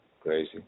crazy